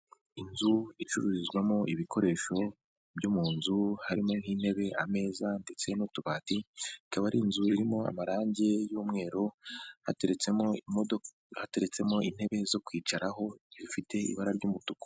Inzu icururizwamo ibikoresho byo mu nzu harimo nk'intebe, ameza ndetse n'utubati, ikaba ari inzu irimo amarangi y'umweru hateretsemo imodoka, hateretsemo intebe zo kwicaraho zififite ibara ry'umutuku.